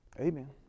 Amen